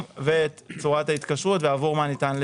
ואת צורת ההתקשרות ועבור מה ניתן לשלם.